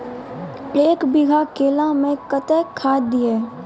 एक बीघा केला मैं कत्तेक खाद दिये?